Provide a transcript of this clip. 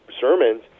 sermons